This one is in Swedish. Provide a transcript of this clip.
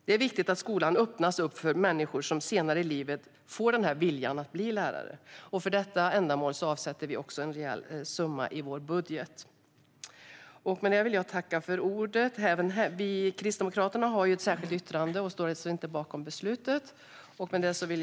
Det är viktigt att skolan öppnas för människor som senare i livet vill bli lärare. För detta ändamål avsätter vi en rejäl summa i vår budget. Kristdemokraterna har ett särskilt yttrande och står alltså inte bakom beslutet.